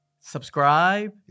subscribe